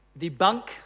debunk